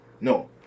No